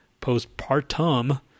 postpartum